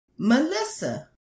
Melissa